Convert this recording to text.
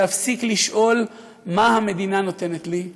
להפסיק לשאול מה המדינה נותנת לי,